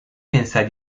pensai